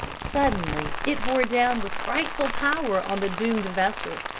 suddenly it bore down with frightful power on the doomed vessel,